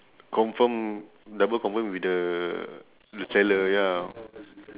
confirm double confirm with the the seller ya